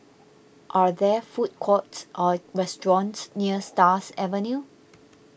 are there food courts or restaurants near Stars Avenue